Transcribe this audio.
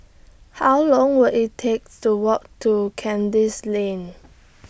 How Long Will IT takes to Walk to Kandis Lane